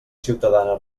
ciutadana